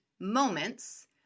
moments